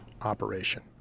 operation